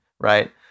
right